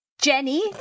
Jenny